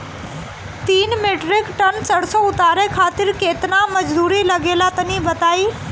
तीन metric tonne सरसो उतारे खातिर केतना मजदूरी लगे ला तनि बताई?